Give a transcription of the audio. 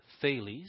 Thales